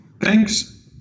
Thanks